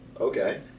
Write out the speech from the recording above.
okay